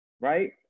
right